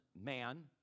man